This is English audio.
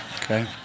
okay